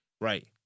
Right